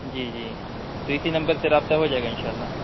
جی جی تو اسی نمبر سے رابطہ ہو جائے گا ان شاء اللہ